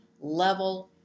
level